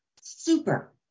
super